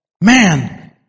man